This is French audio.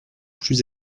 plus